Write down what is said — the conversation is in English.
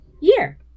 year